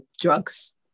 drugs